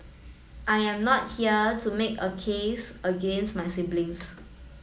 I am not here to make a case against my siblings